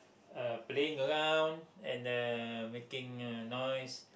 uh playing around and uh making the noise